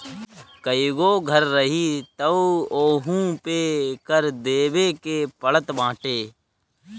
कईगो घर रही तअ ओहू पे कर देवे के पड़त बाटे